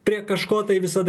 prie kažko tai visada